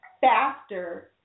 faster